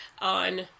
on